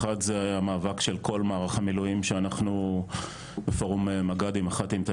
אחד זה המאבק של כל מערך המילואים שאנחנו בפורום מג"דים-מח"טים-טייסים